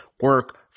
Work